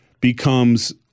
becomes